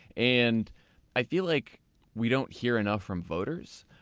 and i feel like we don't hear enough from voters.